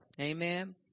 Amen